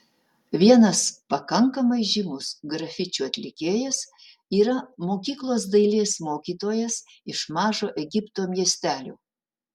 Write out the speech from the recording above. vienas pakankamai žymus grafičių atlikėjas yra mokyklos dailės mokytojas iš mažo egipto miestelio